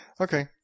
Okay